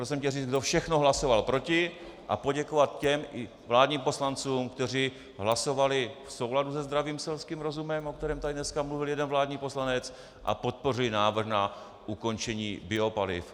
Chtěl jsem říci, kdo všechno hlasoval proti, a poděkovat těm vládním poslancům, kteří hlasovali v souladu se zdravým selským rozumem, o kterém tady dneska mluvil jeden vládní poslanec, a podpořili návrh na ukončení biopaliv.